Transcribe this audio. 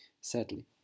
sadly